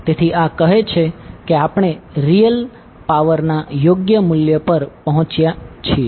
તેથી આ કહે છે કે આપણે રીયલ પાવરના યોગ્ય મૂલ્ય પર પહોંચ્યા છીએ